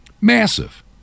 Massive